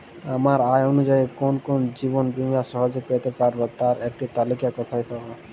আমার আয় অনুযায়ী কোন কোন জীবন বীমা সহজে পেতে পারব তার একটি তালিকা কোথায় পাবো?